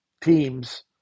teams